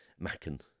Macken